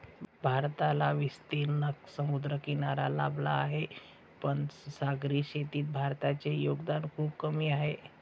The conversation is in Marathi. भारताला विस्तीर्ण समुद्रकिनारा लाभला आहे, पण सागरी शेतीत भारताचे योगदान खूप कमी आहे